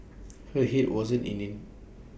her Head wasn't in IT